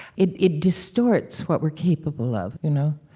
it it distorts what we're capable of. you know?